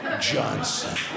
Johnson